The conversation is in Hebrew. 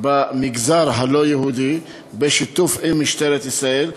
במגזר הלא-יהודי בשיתוף עם משטרת ישראל,